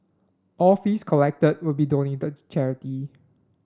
all fees collected will be donated to charity